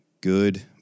good